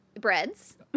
breads